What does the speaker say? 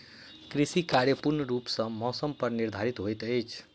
कृषि कार्य पूर्ण रूप सँ मौसम पर निर्धारित होइत अछि